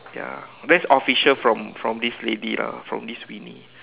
ya that's official from from this lady lah from this Winnie